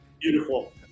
Beautiful